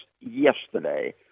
yesterday